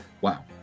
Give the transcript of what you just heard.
wow